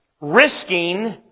Risking